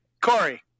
Corey